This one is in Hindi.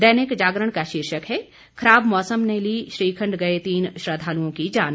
दैनिक जागरण का शीर्षक है खराब मौसम ने ली श्रीखंड गए तीन श्रद्वालुओं की जान